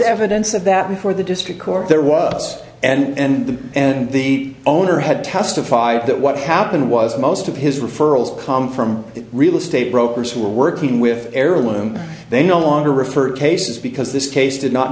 evidence of that before the district court there was and the and the owner had testified that what happened was most of his referrals come from real estate brokers who were working with heirloom they no longer refer cases because this case did not